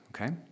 okay